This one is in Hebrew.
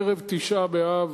ערב תשעה באב